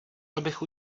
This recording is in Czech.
abych